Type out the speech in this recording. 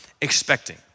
expecting